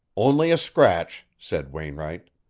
only a scratch, said wainwright.